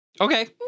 Okay